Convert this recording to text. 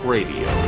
Radio